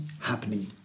happening